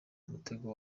mutego